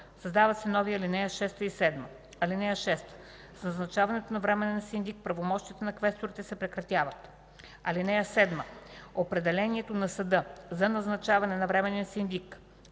Създават се нови ал. 6 и 7: „(6) С назначаването на временен синдик правомощията на квесторите се прекратяват. (7) Определението на съда за назначаване на временен синдик,